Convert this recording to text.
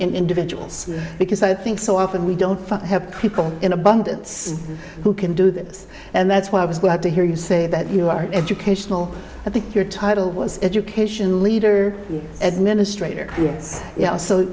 individuals because i think so often we don't have people in abundance who can do this and that's why i was glad to hear you say that you are educational i think your title was education leader administrator